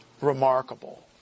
remarkable